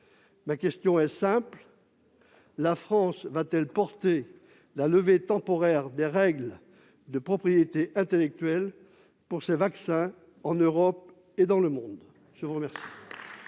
Ma question est donc simple : la France va-t-elle porter la levée temporaire des règles de propriété intellectuelle pour ces vaccins en Europe et dans le monde ?